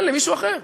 תן למישהו אחר.